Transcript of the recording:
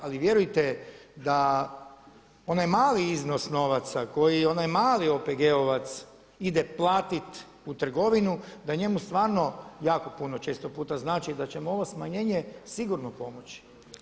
Ali vjerujte da onaj mali iznos novaca koji onaj mali OPG-ovac ide platiti u trgovinu, da njemu stvarno jako puno često puta znači da će mu ovo smanjenje sigurno pomoći.